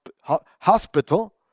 hospital